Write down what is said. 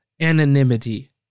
anonymity